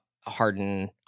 Harden